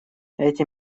эти